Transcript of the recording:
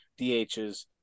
DHs